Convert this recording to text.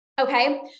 Okay